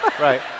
Right